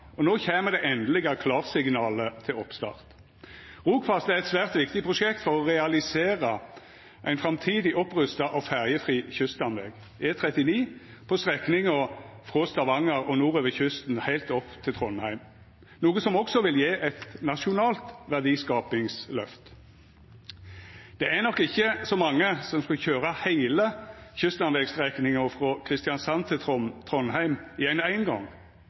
og no kjem det endelege klarsignalet til oppstart. Rogfast er eit svært viktig prosjekt for å realisera ein framtidig opprusta og ferjefri kyststamveg, E39 på strekninga frå Stavanger og nordover kysten heilt til Trondheim, noko som også vil gje eit nasjonalt verdiskapingsløft. Det er nok ikkje så mange som skal køyra heile kyststamvegstrekninga frå Kristiansand til Trondheim